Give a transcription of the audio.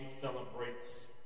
celebrates